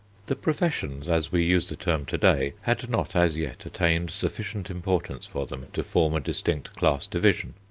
the professions, as we use the term to-day, had not as yet attained sufficient importance for them to form a distinct class division.